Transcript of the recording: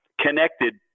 connected